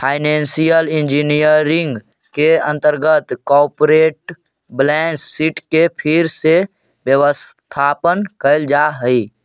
financial engineering के अंतर्गत corporate balance sheet के फिर से व्यवस्थापन कैल जा हई